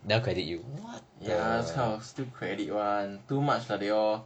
what !wah! siao still credit [one] too much lah they all